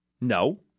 No